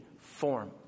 form